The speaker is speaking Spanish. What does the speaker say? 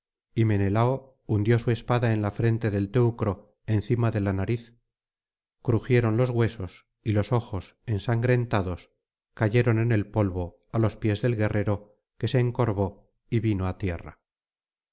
y menelao hundió su espada en la frente del teucro encima de la nariz crujieron los huesos y los ojos ensangrentados cayeron en el polvo á los pies del guerrero que se encorvó y vino á tierra